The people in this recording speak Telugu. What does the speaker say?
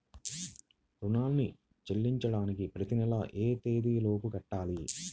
రుణాన్ని చెల్లించడానికి ప్రతి నెల ఏ తేదీ లోపు కట్టాలి?